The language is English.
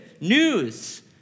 news